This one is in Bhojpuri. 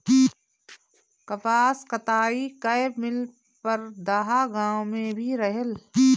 कपास कताई कअ मिल परदहा गाँव में भी रहल